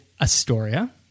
Astoria